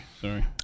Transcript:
Sorry